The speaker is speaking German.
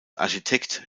architekt